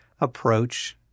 approach